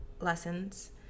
lessons